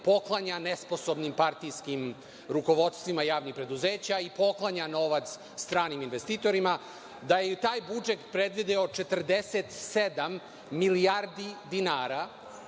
poklanja nesposobnim partijskim rukovodstvima javnih preduzeća i poklanja novac stranim investitorima, da je taj budžet predvideo 47 milijardi dinara